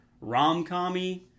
rom-commy